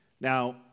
Now